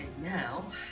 now